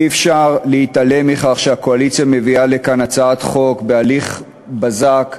אי-אפשר להתעלם מכך שהקואליציה מביאה לכאן הצעת חוק בהליך בזק,